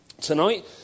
Tonight